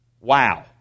Wow